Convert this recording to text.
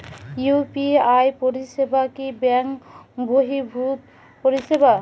UPI পরিসেবা কি bank বর্হিভুত পরিসেবা?